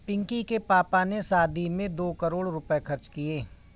पिंकी के पापा ने शादी में दो करोड़ रुपए खर्च किए